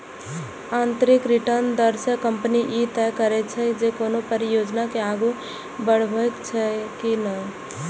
आंतरिक रिटर्न दर सं कंपनी ई तय करै छै, जे कोनो परियोजना के आगू बढ़ेबाक छै या नहि